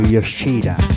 Yoshida